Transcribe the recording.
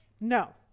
No